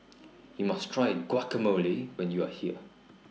YOU must Try Guacamole when YOU Are here